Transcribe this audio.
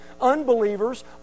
unbelievers